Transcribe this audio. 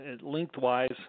lengthwise